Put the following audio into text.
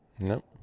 No